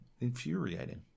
infuriating